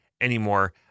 anymore